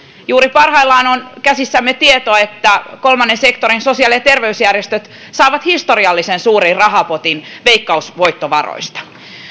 juuri parhaillaan on käsissämme tieto että kolmannen sektorin sosiaali ja terveysjärjestöt saavat historiallisen suuren rahapotin veikkausvoittovaroista